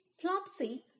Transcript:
Flopsy